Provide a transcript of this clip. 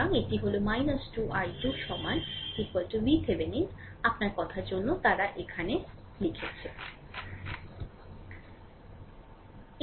সুতরাং এটি হল 2 i2 সমান VThevenin আপনার কথার জন্য তারা এখানে লিখেছে